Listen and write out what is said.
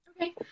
Okay